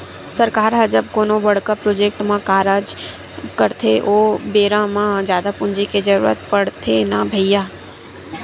सरकार ह जब कोनो बड़का प्रोजेक्ट म कारज करथे ओ बेरा म जादा पूंजी के जरुरत पड़थे न भैइया